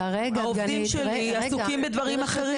העובדים שלי עסוקים בדברים אחרים.